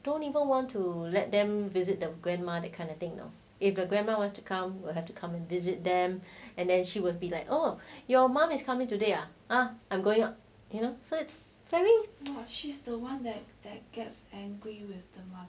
don't even want to let them visit the grandma that kind of thing you know if the grandma was to come will have to come and visit them and then she will be like oh your mum is coming today ah ah I'm going out you know